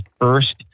first